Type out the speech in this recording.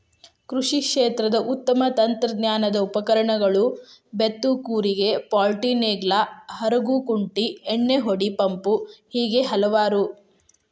ಕೃಷಿ ಕ್ಷೇತ್ರದ ಉತ್ತಮ ತಂತ್ರಜ್ಞಾನದ ಉಪಕರಣಗಳು ಬೇತ್ತು ಕೂರಿಗೆ ಪಾಲ್ಟಿನೇಗ್ಲಾ ಹರಗು ಕುಂಟಿ ಎಣ್ಣಿಹೊಡಿ ಪಂಪು ಹೇಗೆ ಹಲವಾರು